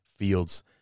Fields